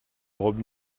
robe